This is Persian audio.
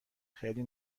خیلی